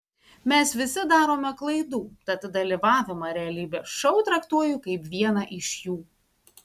mes visi darome klaidų tad dalyvavimą realybės šou traktuoju kaip vieną iš jų